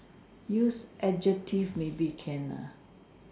use adjectives maybe can ah